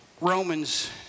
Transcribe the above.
Romans